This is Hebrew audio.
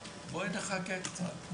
בואי נחכה קצת.